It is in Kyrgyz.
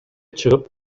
чыгып